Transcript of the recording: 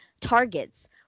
Targets